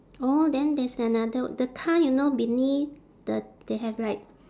orh then there's another the car you know beneath the they have like